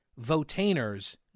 votainers